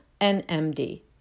NMD